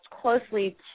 closely